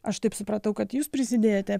aš taip supratau kad jūs prisidėjote